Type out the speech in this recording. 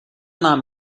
nám